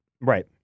Right